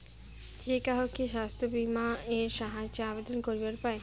যে কাহো কি স্বাস্থ্য বীমা এর জইন্যে আবেদন করিবার পায়?